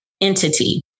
entity